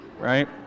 right